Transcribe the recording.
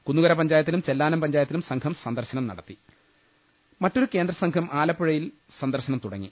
കുന്നുകര പഞ്ചായത്തിലും ചെല്ലാനം പഞ്ചായത്തിലും സംഘം സന്ദർശനം നടത്തി മറ്റൊരു കേന്ദ്ര സംഘം ആലപ്പുഴയിൽ സന്ദർശനം തുടങ്ങി